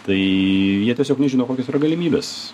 tai jie tiesiog nežino kokios yra galimybės